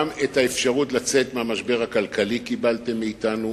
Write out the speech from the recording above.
גם את האפשרות לצאת מהמשבר הכלכלי קיבלת מאתנו.